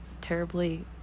terribly